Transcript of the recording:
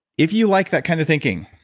if you like that kind of thinking,